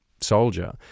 soldier